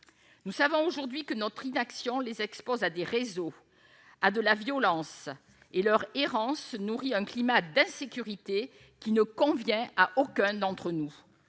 nous savons aujourd'hui que notre inaction les expose à des réseaux à de la violence et leur errance nourrit un climat d'insécurité qui ne convient à aucun d'entre nous,